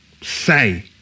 say